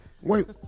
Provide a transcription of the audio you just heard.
Wait